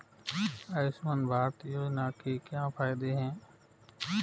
आयुष्मान भारत योजना के क्या फायदे हैं?